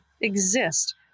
exist